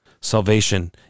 Salvation